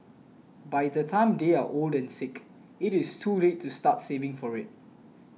by the time they are old and sick it is too late to start saving for it